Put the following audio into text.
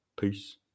Peace